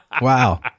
Wow